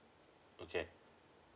okay